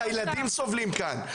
זה הילדים סובלים כאן,